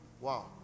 wow